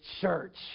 church